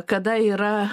kada yra